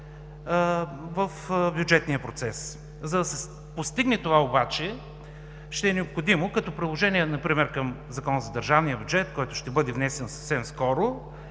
в бюджетния процес. За да се постигне това обаче, ще е необходимо като приложение към Закона за държавния бюджет, който ще бъде внесен съвсем скоро,